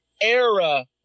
era